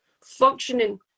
functioning